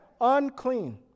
unclean